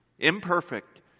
imperfect